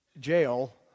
Jail